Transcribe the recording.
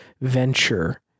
venture